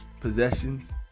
possessions